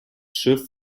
schiff